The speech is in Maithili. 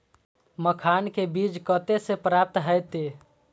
मखान के बीज कते से प्राप्त हैते?